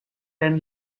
and